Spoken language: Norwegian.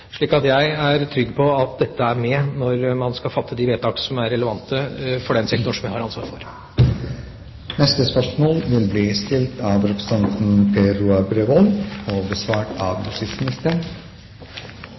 jeg er trygg på at dette er med når man skal fatte de vedtak som er relevante for den sektor jeg har ansvar for. Vi går da videre til spørsmål 12. Jeg ønsker å stille justisministeren følgende spørsmål: «I henhold til en artikkel i Hamar Arbeiderblad av